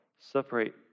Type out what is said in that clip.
separate